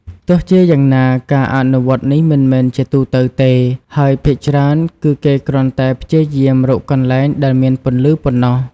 ទោះជាយ៉ាងណា ការអនុវត្តនេះមិនមែនជាទូទៅទេ ហើយភាគច្រើនគឺគេគ្រាន់តែព្យាយាមរកកន្លែងដែលមានពន្លឺប៉ុណ្ណោះ ។